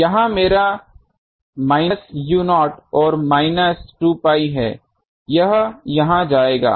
यह मेरा minus u0 और माइनस 2 pi है यह यहां जाएगा